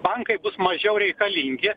bankai bus mažiau reikalingi